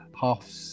half